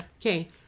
Okay